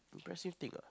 impressive thing ah